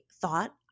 thought